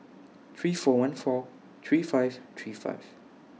three four one four three five three five